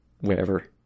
wherever